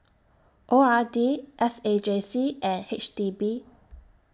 O R D S A J C and H D B